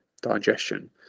digestion